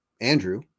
Andrew